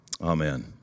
Amen